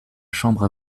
chambre